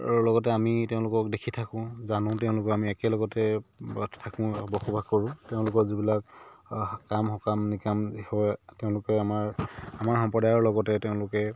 লগতে আমি তেওঁলোকক দেখি থাকো জানো তেওঁলোকৰ আমি একে লগতে থাকো বসবাস কৰোঁ তেওঁলোকৰ যিবিলাক সকাম সকাম নিকাম হয় তেওঁলোকে আমাৰ আমাৰ সম্প্ৰদায়ৰ লগতে তেওঁলোকে